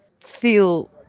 feel